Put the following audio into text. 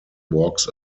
walks